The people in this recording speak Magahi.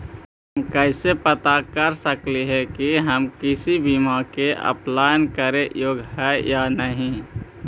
हम कैसे पता कर सकली हे की हम किसी बीमा में अप्लाई करे योग्य है या नही?